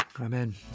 amen